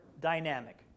dynamic